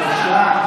בבקשה.